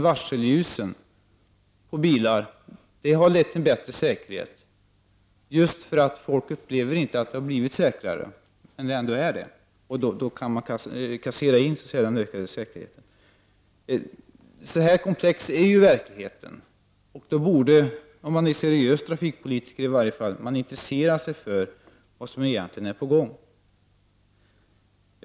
Varselljus på bilar har lett till högre trafiksäkerhet, just därför att folk inte upplever att det har blivit säkrare, men att det ändå är det och att man därför så att säga kan kassera in den ökade säkerheten. Så komplex är ju verkligheten. Därför borde man — i varje fall om man är en seriös trafikpolitiker — intressera sig för vad som egentligen är på gång.